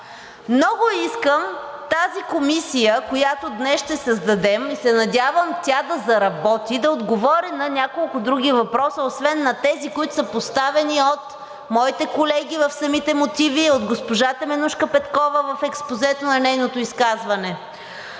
Много искам тази комисия, която днес ще създадем, и се надявам тя да заработи, да отговори на няколко други въпроса освен на тези, които са поставени от моите колеги в самите мотиви, от госпожа Теменужка Петкова в експозето на нейното изказване.